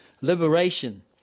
Liberation